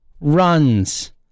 runs